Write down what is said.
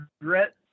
regret